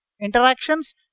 interactions